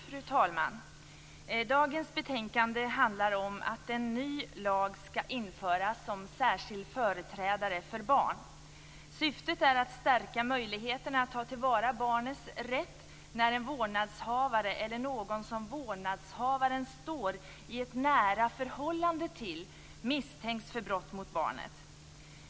Fru talman! Dagens betänkande handlar om att en ny lag ska införas om särskild företrädare för barn. Syftet är att stärka möjligheterna att ta till vara barnets rätt när en vårdnadshavare eller någon som vårdnadshavaren står i ett nära förhållande till misstänks för brott mot barnet.